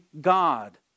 God